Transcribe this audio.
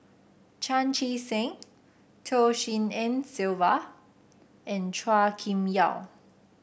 Chan Chee Seng Tshin En Sylvia and Chua Kim Yeow